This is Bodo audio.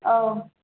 औ